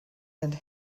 and